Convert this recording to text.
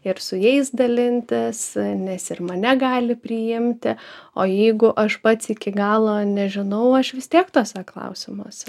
ir su jais dalintis nes ir mane gali priimti o jeigu aš pats iki galo nežinau aš vis tiek tuose klausimuose